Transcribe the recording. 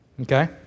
Okay